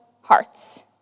hearts